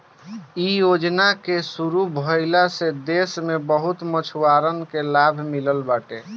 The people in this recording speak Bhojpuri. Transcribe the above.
इ योजना के शुरू भइले से देस के बहुते मछुआरन के लाभ मिलल बाटे